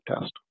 test